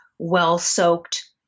well-soaked